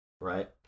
right